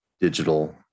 digital